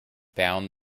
bound